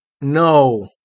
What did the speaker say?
No